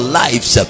lives